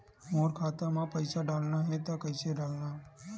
मोर खाता म पईसा डालना हे त कइसे डालव?